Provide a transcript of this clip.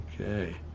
Okay